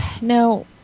no